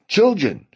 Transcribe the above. Children